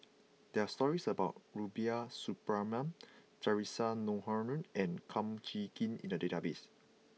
there are stories about Rubiah Suparman Theresa Noronha and Kum Chee Kin in the database